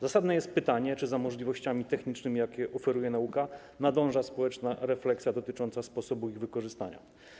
Zasadne jest pytanie, czy za możliwościami technicznymi, jakie oferuje nauka, nadąża społeczna refleksja dotycząca sposobu ich wykorzystania.